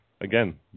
again